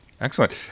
Excellent